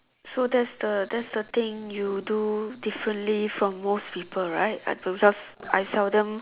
so that's the that's the thing you do differently from most people right I could just I seldom